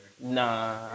Nah